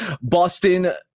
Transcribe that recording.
Boston